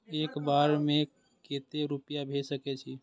एक बार में केते रूपया भेज सके छी?